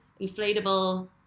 inflatable